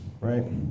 right